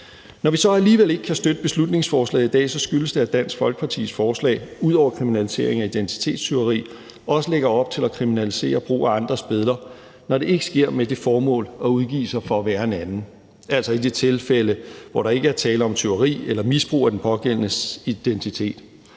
Når vi så alligevel ikke kan støtte beslutningsforslaget i dag, skyldes det, at Dansk Folkepartis forslag ud over kriminalisering af identitetstyveri også lægger op til at kriminalisere brug af andres billeder, når det ikke sker med det formål at udgive sig for at være en anden, altså i de tilfælde, hvor der ikke er tale om tyveri eller misbrug af den pågældendes identitet.